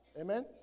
Amen